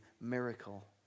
miracle